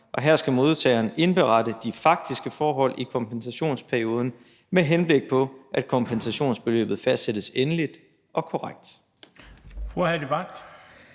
og her skal modtageren indberette de faktiske forhold i kompensationsperioden, med henblik på at kompensationsbeløbet fastsættes endeligt og korrekt.